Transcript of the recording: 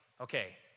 Okay